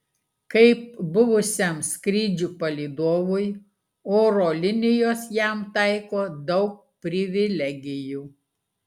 kaip buvusiam skrydžių palydovui oro linijos jam taiko daug privilegijų